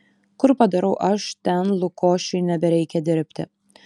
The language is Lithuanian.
kur padarau aš ten lukošiui nebereikia dirbti